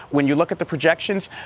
when you look at the projections,